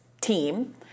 team